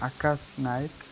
Akash Nayak